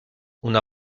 una